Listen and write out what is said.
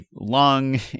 long